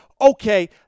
okay